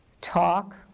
talk